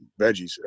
veggies